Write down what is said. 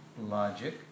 logic